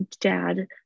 dad